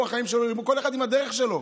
הוא, החיים שלו, כל אחד עם הדרך שלו,